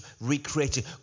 recreated